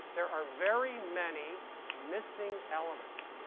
there are very many missing elements.